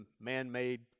man-made